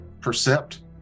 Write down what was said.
Percept